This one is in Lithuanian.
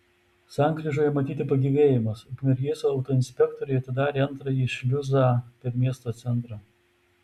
sankryžoje matyti pagyvėjimas ukmergės autoinspektoriai atidarė antrąjį šliuzą per miesto centrą